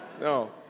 No